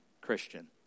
Christian